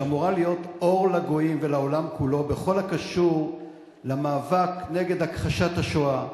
שאמורה להיות אור לגויים ולעולם כולו בכל הקשור למאבק נגד הכחשת השואה,